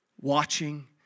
watching